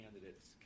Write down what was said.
candidates